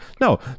No